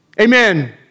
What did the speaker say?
Amen